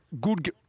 good